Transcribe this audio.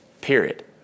period